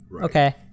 okay